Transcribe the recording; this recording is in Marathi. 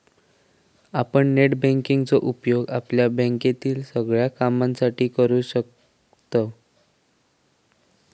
आपण नेट बँकिंग चो उपयोग आपल्या बँकेतील सगळ्या कामांसाठी करू शकतव